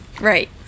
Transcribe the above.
Right